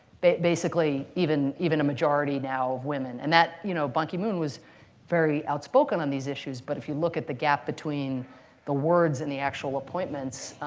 basically even even a majority, now, of women. and you know ban ki-moon was very outspoken on these issues. but if you look at the gap between the words and the actual appointments,